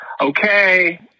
Okay